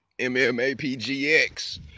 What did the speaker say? MMAPGX